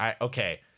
Okay